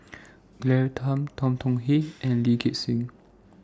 Claire Tham Tan Tong Hye and Lee Gek Seng